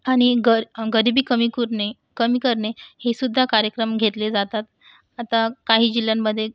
आणि गर गरिबी कमी करणे कमी करणे हे सुद्धा कार्यक्रम घेतले जातात आता काही जिल्ह्यांमध्ये